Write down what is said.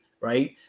Right